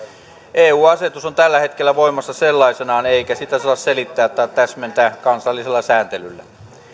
eu asetus on tällä hetkellä voimassa sellaisenaan eikä sitä saa selittää tai täsmentää kansallisella sääntelyllä